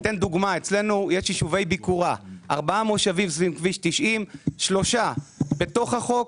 אצלנו יש יישובי ביכורה ארבעה מושבים סביב כביש 90. שלושה בתוך החוק,